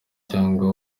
cyangwa